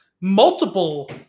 multiple